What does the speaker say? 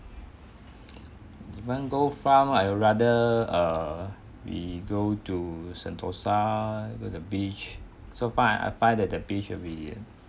you want go farm I rather err we go to sentosa go to the beach so far that I find that the beach will be